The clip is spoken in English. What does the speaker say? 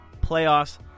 playoffs